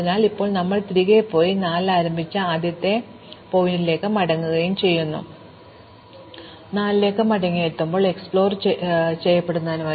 അതിനാൽ ഇപ്പോൾ ഞങ്ങൾ തിരികെ പോയി 4 ൽ ആരംഭിച്ച ആദ്യത്തെ ശീർഷകത്തിലേക്ക് മടങ്ങുകയും കാണുക ഇനിയും എന്തെങ്കിലും ചെയ്യാനുണ്ട്